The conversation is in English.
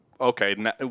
okay